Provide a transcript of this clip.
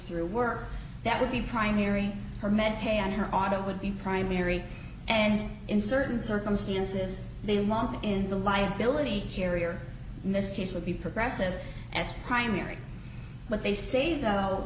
through work that would be primary or med pay on her auto would be primary and in certain circumstances the long in the liability carrier in this case would be progressive as primary but they say though